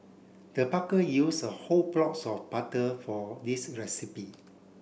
the used a whole blocks of butter for this recipe